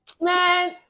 man